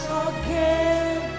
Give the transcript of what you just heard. again